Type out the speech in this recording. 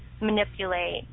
manipulate